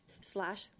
slash